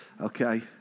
okay